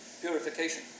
purification